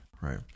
Right